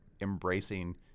embracing